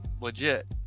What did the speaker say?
legit